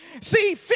See